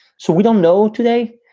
so we don't know today.